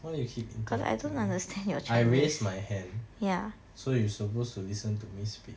why you keep interrupting I raise my hand so you supposed to listen to me speak